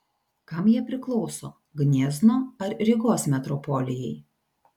kam jie priklauso gniezno ar rygos metropolijai